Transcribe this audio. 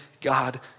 God